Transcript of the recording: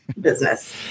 Business